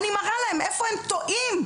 אני מראה להם איפה הם טועים,